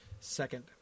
second